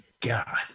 God